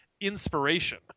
inspiration